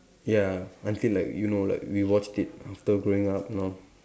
ya until like you know like we watch it after growing up and all